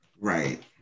Right